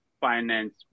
finance